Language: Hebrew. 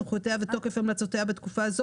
סמכויותיה ותוקף המלצותיה בתקופה זו